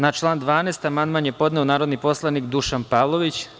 Na član 12. amandman je podneo narodni poslanik Dušan Pavlović.